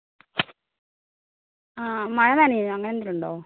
ആ മഴ നനയുകയോ അങ്ങനെ എന്തെങ്കിലും ഉണ്ടോ